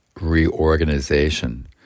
reorganization